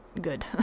good